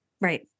right